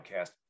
podcast